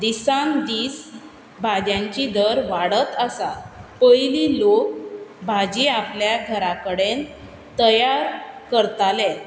दिसान दीस भाजांची दर वाडत आसा पयलीं लोक भाजी आपल्या घरा कडेन तयार करताले